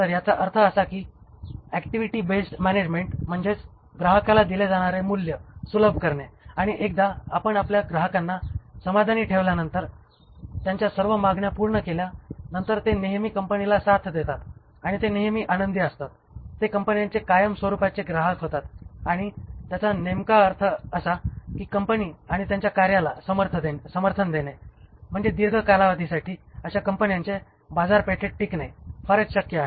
तर याचा अर्थ असा की ऍक्टिव्हिटी बेस्ड मॅनेजमेंट म्हणजे ग्राहकांना दिले जाणारे मूल्य सुलभ करणे आणि एकदा आपण आपल्या ग्राहकांना समाधानी ठेवल्यानंतर त्यांच्या सर्व मागण्या पूर्ण केल्या नंतर ते नेहमी कंपनीला साथ देतात आणि ते नेहेमी आनंदी असतात ते कंपन्यांचे कायमस्वरूपाचे ग्राहक होतात आणि त्यांचा नेमका अर्थ असा की कंपनी आणि त्यांच्या कार्याला समर्थन देणे म्हणजे दीर्घ कालावधीसाठी अशा कंपन्यांचे बाजारपेठेत टिकणे फारच शक्य आहे